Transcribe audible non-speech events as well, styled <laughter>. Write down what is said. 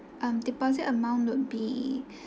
um deposit amount would be <breath>